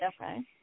Okay